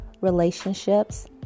relationships